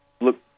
Look